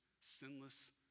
sinless